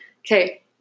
Okay